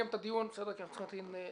על מה שאפשר היה להגיש.